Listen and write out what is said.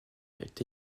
est